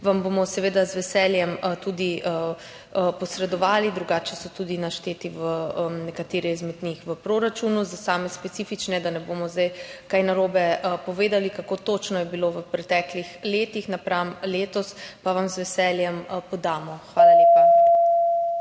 vam bomo seveda z veseljem tudi posredovali. Drugače so tudi našteti nekateri izmed njih v proračunu, za same specifične, da ne bomo zdaj česa narobe povedali, kako točno je bilo v preteklih letih napram letos, pa vam z veseljem podamo. Hvala lepa.